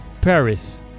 Paris